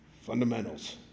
fundamentals